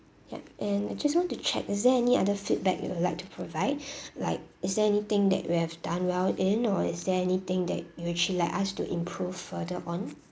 yup and I just want to check is there any other feedback you would like to provide like is there anything that we have done well in or is there anything that you actually like us to improve further on